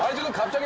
didn't come